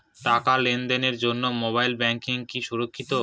টাকা লেনদেনের জন্য মোবাইল ব্যাঙ্কিং কি সুরক্ষিত?